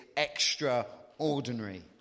extraordinary